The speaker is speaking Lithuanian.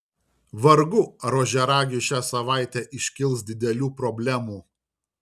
vargu ar ožiaragiui šią savaitę iškils didelių problemų